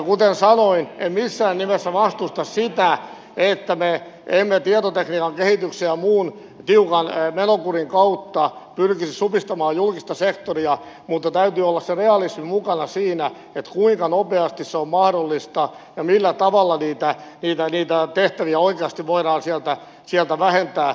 kuten sanoin en missään nimessä vastusta sitä että me tietotekniikan kehityksen ja muun tiukan menokurin kautta pyrkisimme supistamaan julkista sektoria mutta täytyy olla se realismi mukana siinä kuinka nopeasti se on mahdollista ja millä tavalla niitä tehtäviä oikeasti voidaan sieltä vähentää